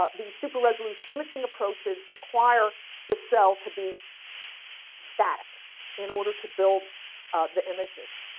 ah the super resolution images approaches require the cell to be stack in order to build the images.